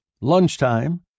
Lunchtime